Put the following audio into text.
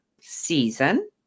season